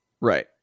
right